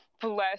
Bless